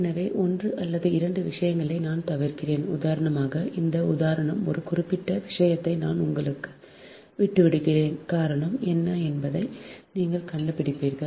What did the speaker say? எனவே 1 அல்லது 2 விஷயங்களை நான் தவிர்க்கிறேன் உதாரணமாக இந்த உதாரணம் ஒரு குறிப்பிட்ட விஷயத்தை நான் உங்களுக்கு விட்டுவிடுகிறேன் காரணம் என்ன என்பதை நீங்கள் கண்டுபிடிப்பீர்கள்